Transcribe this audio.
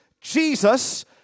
Jesus